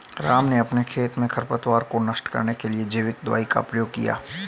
राम ने अपने खेत में खरपतवार को नष्ट करने के लिए जैविक दवाइयों का प्रयोग किया